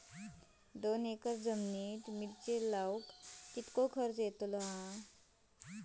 दोन एकर जमिनीत मिरचे लाऊक कितको खर्च यातलो?